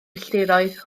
filltiroedd